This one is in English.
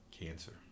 cancer